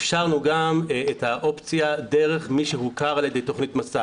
אפשרנו גם את האופציה דרך מי שהוכר על ידי תוכנית מסע.